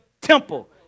temple